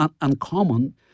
uncommon